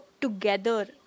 together